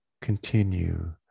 continue